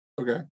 Okay